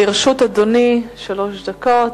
לרשות אדוני שלוש דקות.